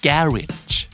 Garage